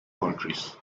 countries